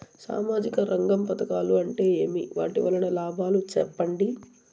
సామాజిక రంగం పథకాలు అంటే ఏమి? వాటి వలన లాభాలు సెప్పండి?